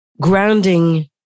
Grounding